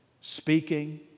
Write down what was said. speaking